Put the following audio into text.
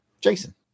Jason